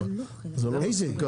איזה?